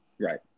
Right